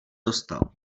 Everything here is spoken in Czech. dostal